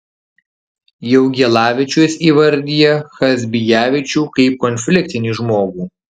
jaugielavičius įvardija chazbijavičių kaip konfliktinį žmogų